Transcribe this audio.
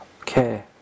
Okay